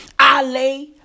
Ale